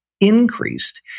increased